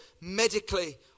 medically